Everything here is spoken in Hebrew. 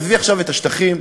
ועזבי עכשיו את השטחים,